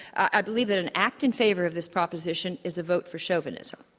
i believe that an act in favor of this proposition is a vote for chauvinism.